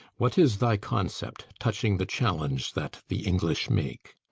what is thy concept, touching the challenge that the english make?